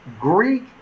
Greek